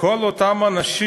והזכיר את כל אותם אנשים